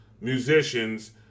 musicians